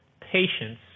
patience